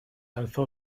alzó